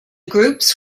groups